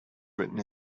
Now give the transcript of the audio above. written